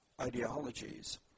Ideologies